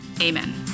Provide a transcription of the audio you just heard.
Amen